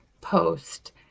post